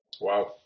Wow